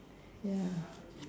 ya